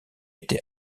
été